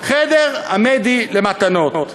"חדר עמדי" למתנות.